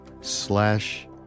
slash